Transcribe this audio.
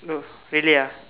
oh really ah